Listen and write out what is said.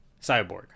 cyborg